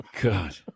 God